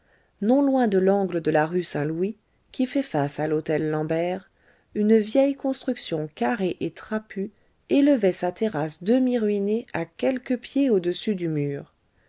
non loin de l'angle de la rue saint-louis qui fait face à l'hôtel lambert une vieille construction carrée et trapue élevait sa terrasse demi ruinée à quelques pieds au-dessus du mur